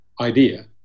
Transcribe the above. idea